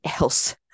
else